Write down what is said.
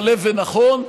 מלא ונכון.